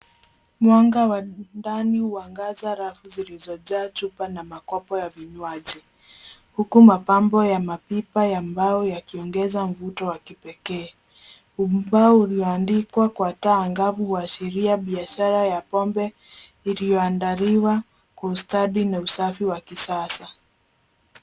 Mwanga wa ndani wa ngazi ya rafu zilizojaa chupa na makopo ya vinywaji huku mapambo ya mapipa ya mbao yakiongeza mvuto wa kipekee, ubao uluioandikwa kwa taa angavu huashiria biashara ya pombe iliyoandaliwa kwa ustadi na usafi wa kisasa.